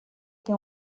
che